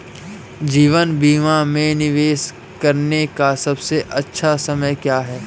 जीवन बीमा में निवेश करने का सबसे अच्छा समय क्या है?